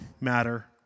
matter